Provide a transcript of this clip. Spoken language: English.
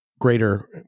greater